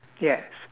yes